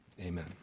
Amen